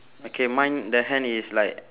okay mine the hand is like